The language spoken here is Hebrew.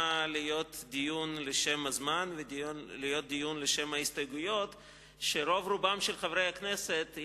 להיות דיון לשם הזמן ולשם ההסתייגויות שרוב רובם של חברי הכנסת,